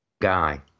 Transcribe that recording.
guy